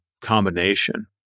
Combination